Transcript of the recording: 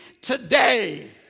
today